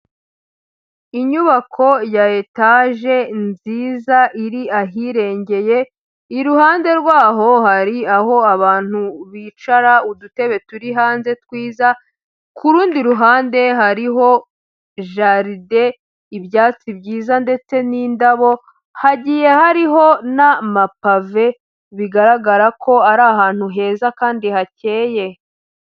Inyubako ya etaje nziza iri ahirengeye, iruhande rwaho hari aho abantu bicara, udutebe turi hanze twiza; ku rundi ruhande hariho jaride, ibyatsi byiza ndetse n'indabo, hagiye hariho n'amapave, bigaragara ko ari ahantu heza kandi hakeye.